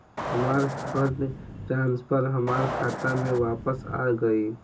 हमार fund transfer हमार खाता में वापस आ गइल